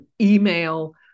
email